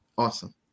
Awesome